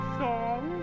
song